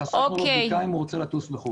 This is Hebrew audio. וחסכנו לו בדיקה אם הוא רוצה לטוס לחו"ל.